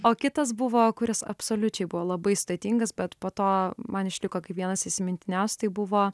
o kitas buvo kuris absoliučiai buvo labai sudėtingas bet po to man išliko kaip vienas įsimintiniausių tai buvo